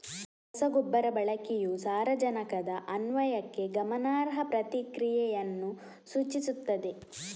ರಸಗೊಬ್ಬರ ಬಳಕೆಯು ಸಾರಜನಕದ ಅನ್ವಯಕ್ಕೆ ಗಮನಾರ್ಹ ಪ್ರತಿಕ್ರಿಯೆಯನ್ನು ಸೂಚಿಸುತ್ತದೆ